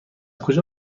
کجا